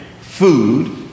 food